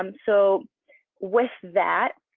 um so with that,